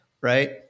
right